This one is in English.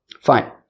Fine